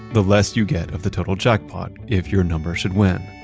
the less you get of the total jackpot if your number should win.